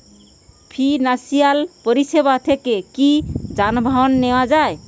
Financial পরিসেবা থেকে কি যানবাহন নেওয়া যায়?